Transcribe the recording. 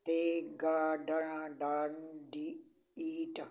ਦੇ ਗਾਡਾ ਡਾਡੀਈਟ